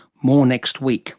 more next week